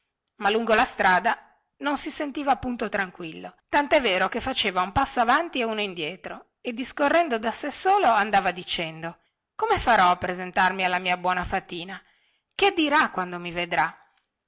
ma lungo la strada non si sentiva punto tranquillo tantè vero che faceva un passo avanti e uno indietro e discorrendo da se solo andava dicendo come farò a presentarmi alla mia buona fatina che dirà quando mi vedrà